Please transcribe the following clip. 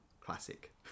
Classic